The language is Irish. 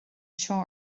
anseo